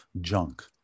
junk